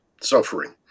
suffering